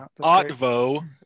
Otvo